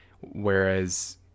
whereas